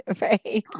right